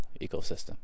ecosystem